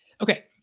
okay